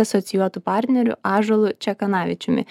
asocijuotu partneriu ąžuolu čekanavičiumi